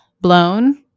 Blown